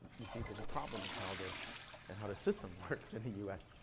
you see, there's a problem in how the and how the system works in the u s.